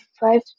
five